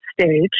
stage